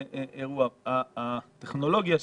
היום יש לצה"ל טכנולוגיה,